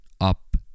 up